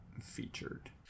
featured